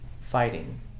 fighting